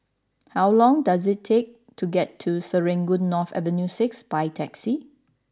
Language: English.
how long does it take to get to Serangoon North Avenue Six by taxi